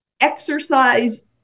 exercise